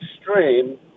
extreme